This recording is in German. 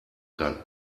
kann